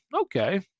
okay